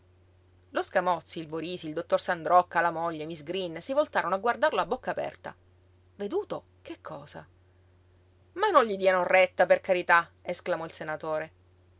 lei lo scamozzi il borisi il dottor sandrocca la moglie miss green si voltarono a guardarlo a bocca aperta veduto che cosa ma non gli diano retta per carità esclamò il senatore